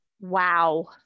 Wow